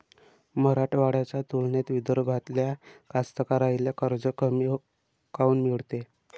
मराठवाड्याच्या तुलनेत विदर्भातल्या कास्तकाराइले कर्ज कमी काऊन मिळते?